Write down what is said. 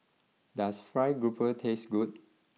does Fried grouper taste good